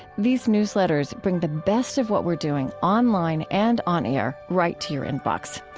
these newsletters bring the best of what we're doing online and on air right to your inbox.